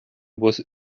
was